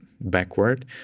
backward